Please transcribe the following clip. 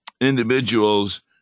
individuals